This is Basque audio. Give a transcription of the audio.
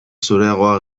zureagoa